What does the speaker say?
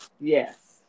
Yes